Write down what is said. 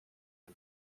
and